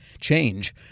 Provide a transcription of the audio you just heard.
change